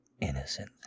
Innocent